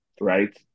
right